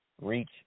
reach